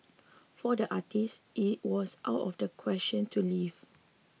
for the artist it was out of the question to leave